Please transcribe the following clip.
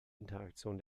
interaktion